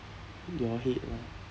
your head lah